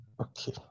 okay